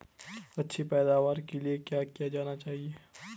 अच्छी पैदावार के लिए क्या किया जाना चाहिए?